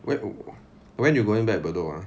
when when you going back bedok ah